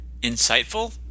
insightful